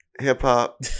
Hip-hop